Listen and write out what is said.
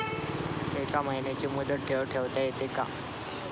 एका महिन्यासाठी मुदत ठेव ठेवता येते का?